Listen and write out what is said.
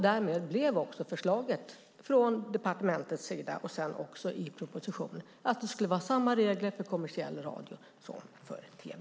Därmed blev förslaget från departementet och sedan i propositionen att det skulle vara samma regler för kommersiell radio som för tv.